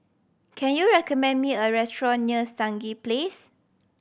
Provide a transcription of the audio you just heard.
can you recommend me a restaurant near Stangee Place